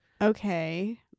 Okay